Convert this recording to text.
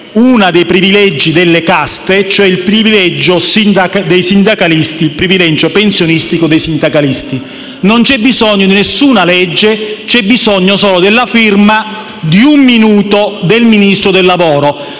uno dei privilegi delle caste, cioè il privilegio pensionistico dei sindacalisti. Non c'è bisogno di nessuna legge, c'è bisogno solo della firma e di un minuto del Ministro del lavoro.